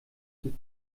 die